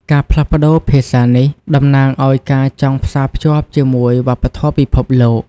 ការផ្លាស់ប្តូរភាសានេះតំណាងឱ្យការចង់ផ្សាភ្ជាប់ជាមួយវប្បធម៌ពិភពលោក។